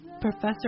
Professor